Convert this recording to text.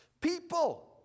people